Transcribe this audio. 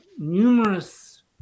numerous